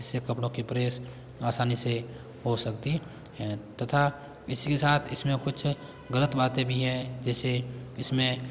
जिससे कपड़ों कि प्रेस आसानी से हो सकती है तथा इसके साथ इसमें कुछ गलत बातें भी हैं जैसे इसमें